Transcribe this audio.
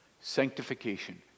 Sanctification